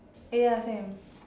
eh ya same